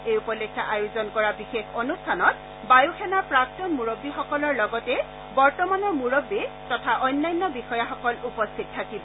এই উপলক্ষে আয়োজন কৰা বিশেষ অনুষ্ঠানত বায়ুসেনাৰ প্ৰাক্তন মূৰববীসকলৰ লগতে বৰ্তমানৰ মূৰববী তথা অন্যান্য বিষয়াসকল উপস্থিত থাকিব